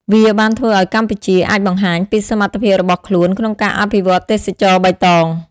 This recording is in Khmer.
វាបានធ្វើឲ្យកម្ពុជាអាចបង្ហាញពីសមត្ថភាពរបស់ខ្លួនក្នុងការអភិវឌ្ឍទេសចរណ៍បៃតង។